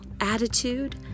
attitude